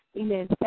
amen